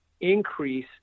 increase